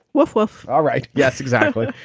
wolf, wolf. all right. yes, exactly.